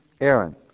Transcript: Aaron